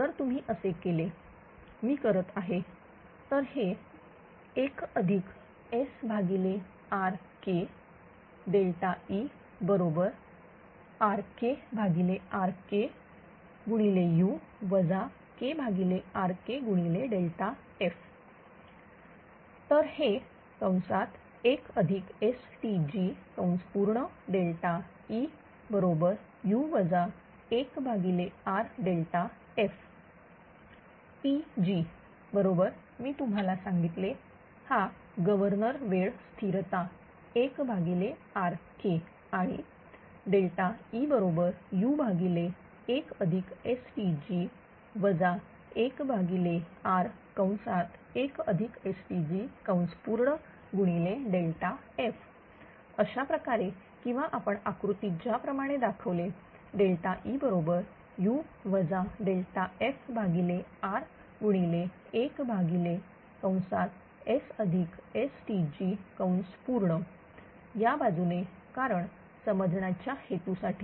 जर तुम्ही असे केले मी करत आहे तर हे 1SRKERKRKu KRKF तर हे 1STgEu F Tg बरोबर मी तुम्हाला सांगितले हा गव्हर्नर वेळ स्थिरता1RK आणि Eu1𝑆𝑇𝑔 1R1𝑆𝑇𝑔ΔF अशाप्रकारे किंवा आपण आकृतीत ज्याप्रकारे दाखवली Eu FR11𝑆𝑇𝑔 या बाजूने कारण समजण्याचा हेतूसाठी